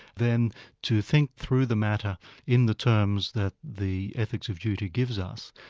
then to think through the matter in the terms that the ethics of duty gives us,